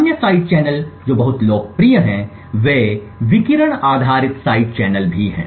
अन्य side channel जो बहुत लोकप्रिय हैं वे विकिरण आधारित साइड चैनल भी हैं